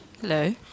Hello